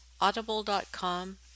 Audible.com